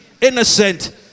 Innocent